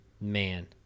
man